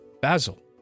Basil